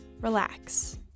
relax